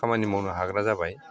खामानि मावनो हाग्रा जाबाय